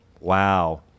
Wow